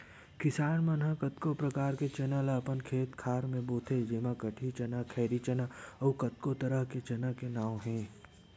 किसान मन ह कतको परकार के चना ल अपन खेत खार म बोथे जेमा कटही चना, खैरी चना अउ कतको तरह के चना के नांव हे